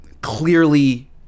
clearly